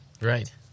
Right